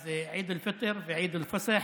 אז, עיד אל-פיטר ועיד אל-פסח,